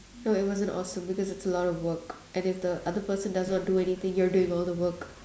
no it wasn't awesome because it's a lot of work and if the other person does not do anything you're doing all the work